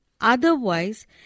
Otherwise